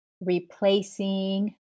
replacing